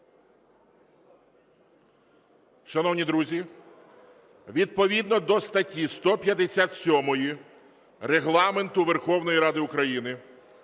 Шановні друзі, відповідно до статті 157 Регламенту Верховної Ради України